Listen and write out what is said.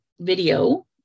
video